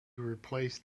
replaced